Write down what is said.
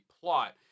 plot